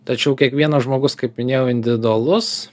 tačiau kiekvienas žmogus kaip minėjau individualus